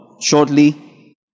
shortly